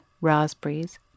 raspberries